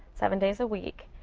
seven days a week,